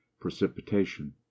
precipitation